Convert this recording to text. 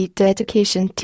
dedication